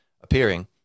appearing